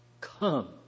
come